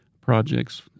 projects